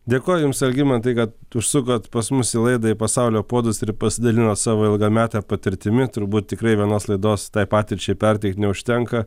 dėkoju jums algimantai kad užsukot pas mus į laidai pasaulio puodus ir pasidalinot savo ilgamete patirtimi turbūt tikrai vienos laidos tai patirčiai perteikt neužtenka